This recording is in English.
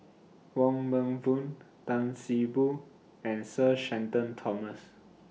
Wong Meng Voon Tan See Boo and Sir Shenton Thomas